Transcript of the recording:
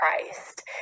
Christ